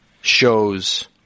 shows